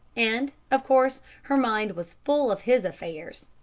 and, of course, her mind was full of his affairs.